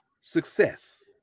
success